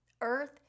Earth